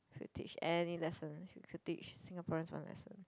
could teach any lesson you could teach Singaporeans one lesson